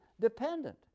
dependent